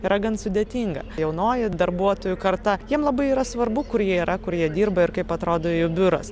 yra gan sudėtinga jaunoji darbuotojų karta jiem labai yra svarbu kur jie yra kur jie dirba ir kaip atrodo jų biuras